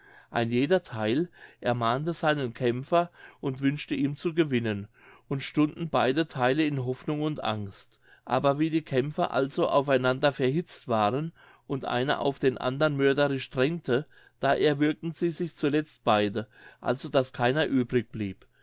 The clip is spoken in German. ein jeder theil ermahnte seinen kämpfer und wünschte ihm zu gewinnen und stunden beide theile in hoffnung und angst aber wie die kämpfer also auf einander verhitzet waren und einer auf den anderen mörderlich drängte da erwürgten sie sich zuletzt beide also daß keiner übrig blieb